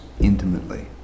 intimately